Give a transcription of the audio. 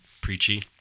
preachy